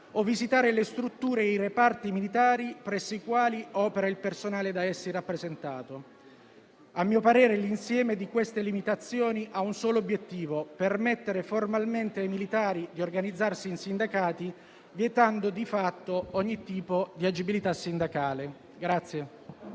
o visitare le strutture e i reparti militari presso i quali opera il personale da essi rappresentato. A mio parere, l'insieme di queste limitazioni ha un solo obiettivo: permettere formalmente ai militari di organizzarsi in sindacati, vietando di fatto ogni tipo di agibilità sindacale.